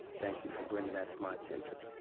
thank you for bringing that to my attention